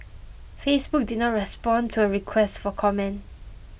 Facebook did not respond to a request for comment